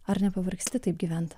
ar nepavargsti taip gyvent